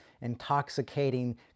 intoxicating